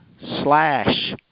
Slash